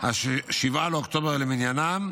7 באוקטובר למניינם,